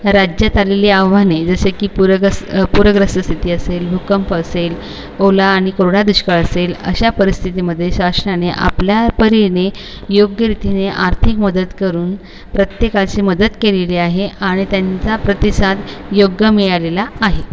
राज्यात आलली आव्हाने जसे की पूरगस पूरग्रस्त स्थिती असेल भूकंप असेल ओला आणि कोरडा दुष्काळ असेल अशा परिस्थितीमध्ये शासनाने आपल्या परीने योग्य रीतीने आर्थिक मदत करून प्रत्येकाची मदत केलेली आहे आणि त्यांचा प्रतिसाद योग्य मिळालेला आहे